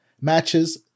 matches